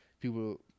People